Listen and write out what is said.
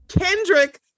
Kendrick